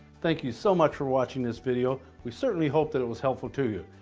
thank you so much for watching this video. we certainly hope that it was helpful to you.